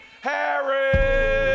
Harris